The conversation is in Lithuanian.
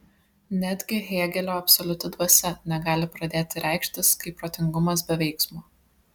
netgi hėgelio absoliuti dvasia negali pradėti reikštis kaip protingumas be veiksmo